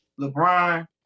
LeBron